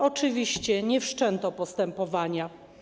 Oczywiście nie wszczęto postępowania.